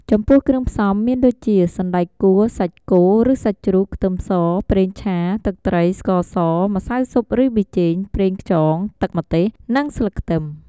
ចំពោះគ្រឿងផ្សំមានដូចជា សណ្ដែកគួរ សាច់គោឬសាច់ជ្រូក ខ្ទឹមស ប្រេងឆា ទឹកត្រី ស្ករស ម្សៅស៊ុបឬប៊ីចេង ប្រេងខ្យង ទឹក ម្ទេស និងស្លឹកខ្ទឹម។